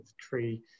tree